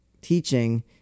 teaching